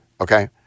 Okay